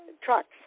Trucks